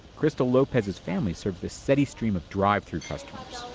crystal lopez's family serves a steady stream of drive-through customers